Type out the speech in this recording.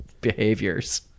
behaviors